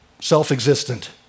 self-existent